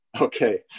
okay